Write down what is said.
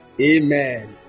Amen